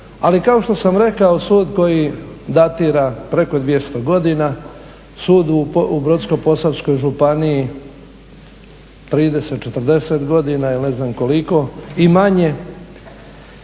ali kao što sam rekao sud koji datira preko 200 godina, sud u Brodsko-posavskoj županiji 30, 40 godina ili ne znam koliko i manje.